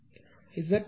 Z பின்னர் R j XL XC